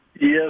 Yes